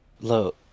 Look